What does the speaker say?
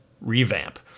revamp